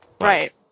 right